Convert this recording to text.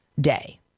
day